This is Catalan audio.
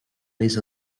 mes